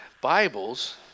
Bibles